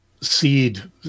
seed